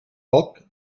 poc